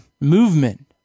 movement